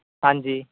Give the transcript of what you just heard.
ਹਾਂਜੀ